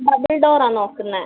double ഡോറാ നോക്കുന്നത്